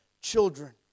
children